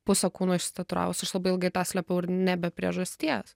pusę kūno išsitatiuravus aš labai ilgai tą slėpiau ir ne be priežasties